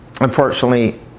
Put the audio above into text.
unfortunately